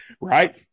right